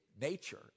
nature